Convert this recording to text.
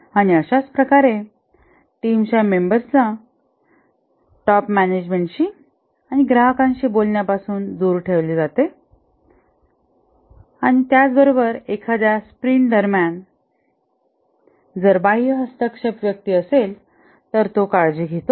आणि अशाच प्रकारे टीमच्या मेंबर्सला टॉप मॅनेजमेंटशी ग्राहकांशी बोलण्यापासून दूर ठेवते आणि त्याचबरोबर एखाद्या स्प्रिंट दरम्यान जर बाह्य हस्तक्षेप व्यक्ती असेल तर तो काळजी घेतो